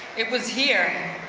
it was here,